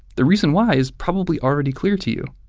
the reason why is probably already clear to you.